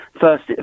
first